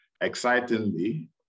excitingly